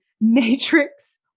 matrix